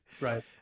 Right